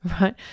Right